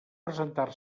presentar